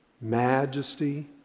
majesty